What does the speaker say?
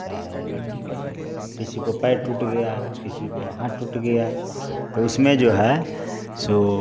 चाहे किसी को पैर टूट गया किसी को हाथ टूट गया तो उसमें जो है सो